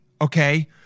okay